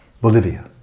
Bolivia